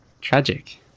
Tragic